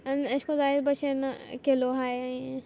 आनी एशेंको जायते बशेन केलो आहाय